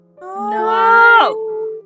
No